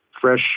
fresh